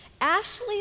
Ashley